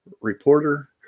reporter